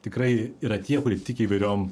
tikrai yra tie kurie tiki įvairiom